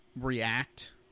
react